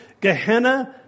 Gehenna